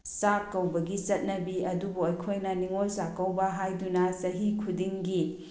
ꯆꯥꯛ ꯀꯧꯕꯒꯤ ꯆꯠꯅꯕꯤ ꯑꯗꯨꯕꯨ ꯑꯩꯈꯣꯏꯅ ꯅꯤꯡꯉꯣꯜ ꯆꯥꯛꯀꯧꯕ ꯍꯥꯏꯗꯨꯅ ꯆꯍꯤ ꯈꯨꯗꯤꯡꯒꯤ